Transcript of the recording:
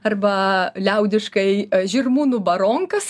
arba liaudiškai žirmūnų baronkas